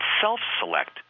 self-select